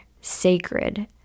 sacred